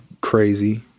crazy